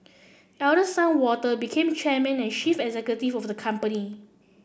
eldest son Walter became chairman and chief executive of the company